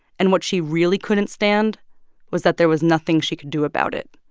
and what she really couldn't stand was that there was nothing she could do about it.